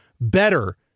better